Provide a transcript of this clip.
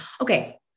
okay